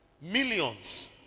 Millions